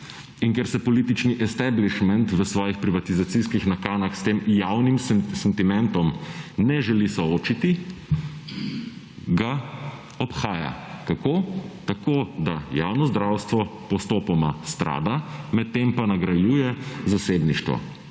In ker se politični establishment v svojih privatizacijskih nakanah s tem javnim sentimentom ne želi soočiti, ga obhaja. Kako? Tako, da javno zdravstvo postopoma strada, medtem pa nagrajuje zasebništvo,